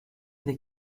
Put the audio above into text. des